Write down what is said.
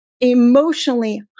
emotionally